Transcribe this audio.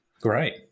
great